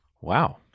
Wow